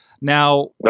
Now